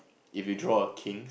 if you draw a king